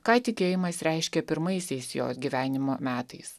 ką tikėjimas reiškė pirmaisiais jos gyvenimo metais